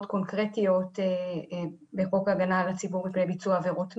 קונקרטיות בחוק הגנה על הציבור בפני ביצוע עבירות מין,